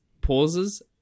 pauses